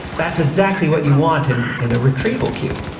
that's exactly what you want in in a retrieval cue,